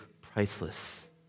priceless